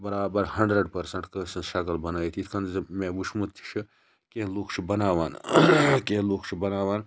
بَرابَر hundred percent کٲنٛسہِ ہٕنٛز شکل بَنٲیِتھ یِتھ کنۍ زَن مےٚ وٕچھمُت تہِ چھُ کینٛہہ لُکھ چھِ بَناوان کینٛہہ لُکھ چھِ بَناوان